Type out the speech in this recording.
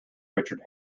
richard